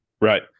Right